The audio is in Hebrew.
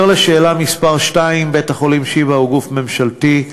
2. בית-החולים שיבא הוא גוף ממשלתי,